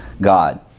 God